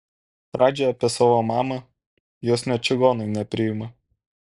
radži apie savo mamą jos net čigonai nepriima